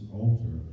altar